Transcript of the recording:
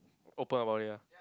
open about it lah